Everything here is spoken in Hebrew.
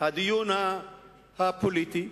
הדיון הפוליטי.